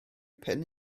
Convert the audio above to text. pen